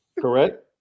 Correct